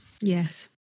Yes